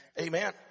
Amen